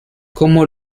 como